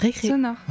Sonore